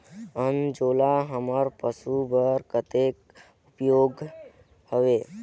अंजोला हमर पशु बर कतेक उपयोगी हवे?